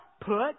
put